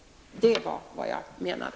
Det är vad jag menade.